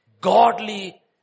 godly